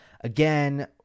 again